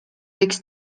võiks